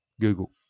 Google